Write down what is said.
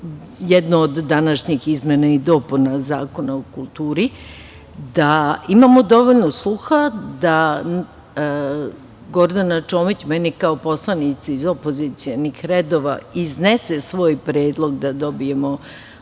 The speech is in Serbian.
jednu od današnjih izmena i dopuna Zakona o kulturi? Da imamo dovoljno sluha, da Gordana Čomić kao poslanica iz opozicionih redova meni iznese svoj predlog da dobijemo